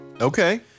Okay